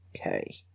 Okay